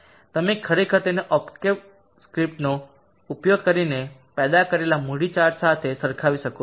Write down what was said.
તમે ખરેખર તેને ઓક્ટેવ સ્ક્રિપ્ટનો ઉપયોગ કરીને પેદા કરેલા મૂડી ચાર્ટ સાથે સરખાવી શકો છો